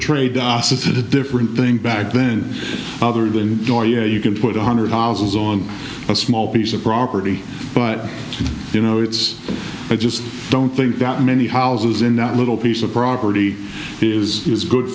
asa different thing back then other than you can put a hundred thousands on a small piece of property but you know it's i just don't think that many houses in that little piece of property is is good